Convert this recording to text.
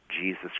Jesus